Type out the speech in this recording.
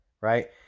right